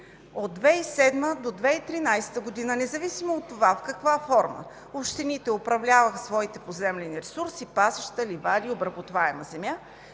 От 2007-а до 2013 г. независимо от това в каква форма общините управляват своите поземлени ресурси – пасища, ливади, обработваема земя,